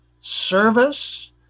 service